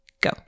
go